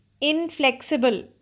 inflexible